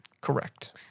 Correct